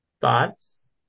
Thoughts